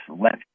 left